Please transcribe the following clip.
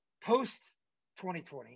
Post-2020